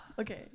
Okay